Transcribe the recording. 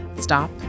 stop